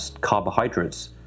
carbohydrates